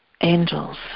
angels